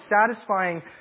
satisfying